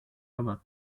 roma